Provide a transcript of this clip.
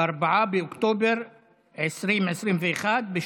4 באוקטובר 2021,